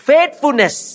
Faithfulness